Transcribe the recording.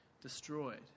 destroyed